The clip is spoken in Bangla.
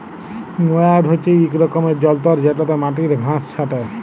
ময়ার হছে ইক রকমের যল্তর যেটতে মাটির ঘাঁস ছাঁটে